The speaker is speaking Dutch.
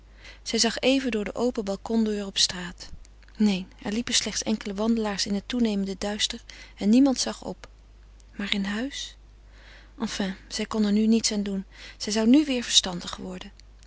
zij zag even door de open balcondeur op straat neen er liepen slechts enkele wandelaars in het toenemende duister en niemand zag op maar in huis enfin zij kon er nu niets aan doen ze zou nu weêr verstandig worden